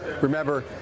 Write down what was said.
remember